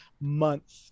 month